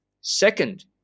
second